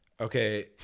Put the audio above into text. Okay